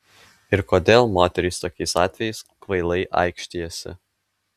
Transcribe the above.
ir kodėl moterys tokiais atvejais kvailai aikštijasi